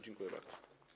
Dziękuję bardzo.